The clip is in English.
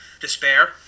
despair